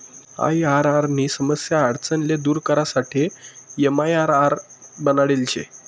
IRR नी समस्या आडचण ले दूर करासाठे एमआईआरआर बनाडेल शे